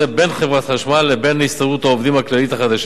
בין חברת החשמל לבין הסתדרות העובדים הכללית החדשה.